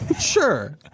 sure